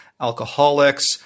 alcoholics